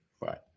Right